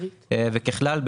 ככלל,